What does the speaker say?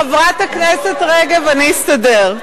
חברת הכנסת רגב, אני אסתדר.